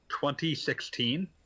2016